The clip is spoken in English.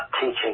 teaching